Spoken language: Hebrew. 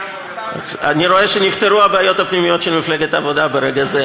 אני רואה שנפתרו הבעיות הפנימיות של מפלגת העבודה ברגע זה.